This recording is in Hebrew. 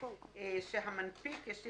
שבשלב זה אולי ראוי להשמיט אותו.